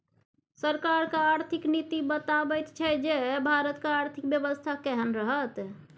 सरकारक आर्थिक नीति बताबैत छै जे भारतक आर्थिक बेबस्था केहन रहत